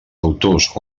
autors